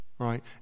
right